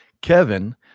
Kevin